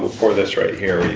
will pour this right here,